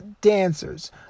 dancers